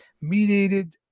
mediated